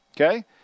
Okay